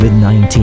COVID-19